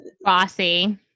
bossy